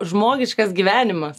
žmogiškas gyvenimas